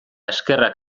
eskerrak